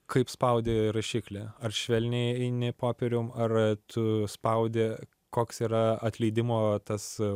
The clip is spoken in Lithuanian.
kaip spaudi rašiklį ar švelniai eini popierium ar tu spaudi koks yra atleidimo tas